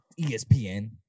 ESPN